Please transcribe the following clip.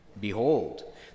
Behold